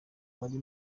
wari